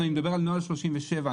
אני מדבר על נוהל 37. נעם,